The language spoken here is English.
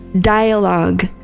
dialogue